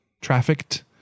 trafficked